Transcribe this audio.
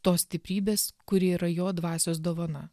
tos stiprybės kuri yra jo dvasios dovana